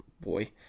boy